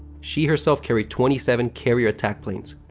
she herself carried twenty seven carrier attack planes.